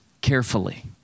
carefully